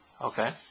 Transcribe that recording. Okay